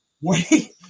Wait